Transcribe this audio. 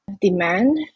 demand